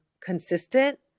consistent